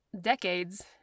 decades